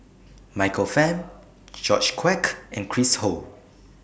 Michael Fam George Quek and Chris Ho